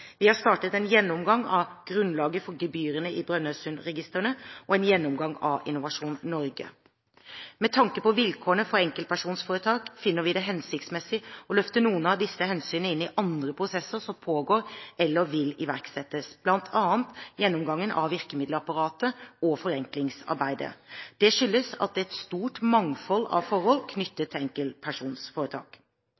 Vi har startet en gjennomgang av grunnlaget for gebyrene i Brønnøysundregistrene og en gjennomgang av Innovasjon Norge. Med tanke på vilkårene for enkeltpersonforetak finner vi det hensiktsmessig å løfte noen av disse hensynene inn i andre prosesser som pågår eller vil iverksettes, bl.a. gjennomgangen av virkemiddelapparatet og forenklingsarbeidet. Det skyldes et stort mangfold av forhold